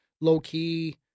low-key